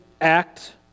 act